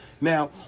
Now